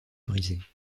briser